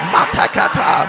Matakata